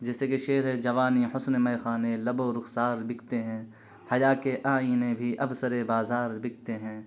جیسے کہ شعر ہے جوانی حسن مے خانے لب و رخسار بکتے ہیں حیا کے آئینے بھی اب سر بازار بکتے ہیں